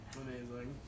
Amazing